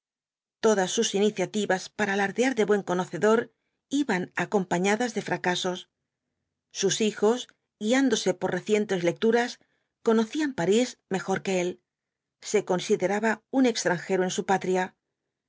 todas sus iniciativas para alardear de buen conocedor iban acompañadas de fracasos sus hijos guiándose por recientes lecturas conocían parís mejor que él se consideraba un extranjero en su patria